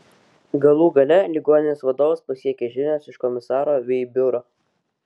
galų gale ligoninės vadovus pasiekė žinios iš komisaro vei biuro